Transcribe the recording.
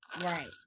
Right